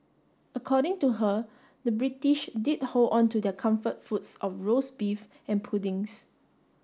according to her the British did hold on to their comfort foods of roast beef and puddings